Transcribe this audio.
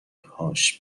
هاش